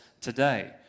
today